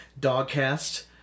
Dogcast